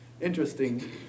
interesting